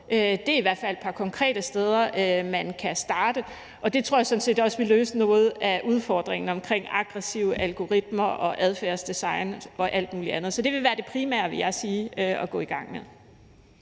Det er i hvert fald et par konkrete steder, man kan starte, og det tror jeg sådan set også ville løse noget af udfordringen med aggressive algoritmer, adfærdsdesign og alt muligt andet. Så det vil være det primære, vil jeg sige, at gå i gang med.